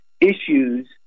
issues